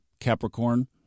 Capricorn